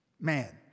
Man